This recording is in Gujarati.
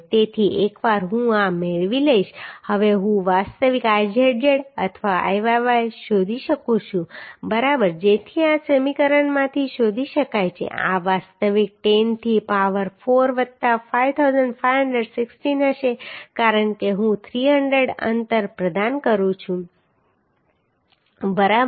તેથી એકવાર હું આ મેળવી લઈશ હવે હું વાસ્તવિક Izz અથવા Iyy શોધી શકું છું બરાબર જેથી આ સમીકરણમાંથી શોધી શકાય કે આ વાસ્તવિક 10 થી પાવર 4 વત્તા 5516 હશે કારણ કે હું 300 અંતર પ્રદાન કરું છું બરાબર